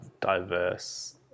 diverse